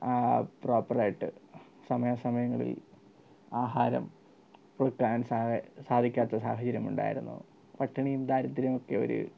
proper ആയിട്ട് സമയാ സമയങ്ങളിൽ ആഹാരം കൊടുക്കാൻ സാധിക്കാത്ത സാഹചര്യമുണ്ടായിരുന്നു പട്ടിണിയും ദാരിദ്ര്യവും ഒക്കെ ഒരു